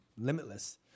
Limitless